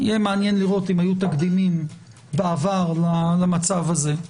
יהיה מעניין לראות אם היו תקדימים בעבר למצב הזה.